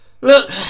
look